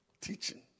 Teaching